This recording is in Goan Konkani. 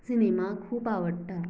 सिनेमा खूब आवडटा